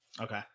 Okay